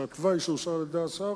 התוואי שאושר על-ידי השר,